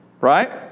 Right